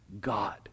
God